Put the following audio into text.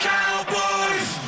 Cowboys